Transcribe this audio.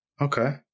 okay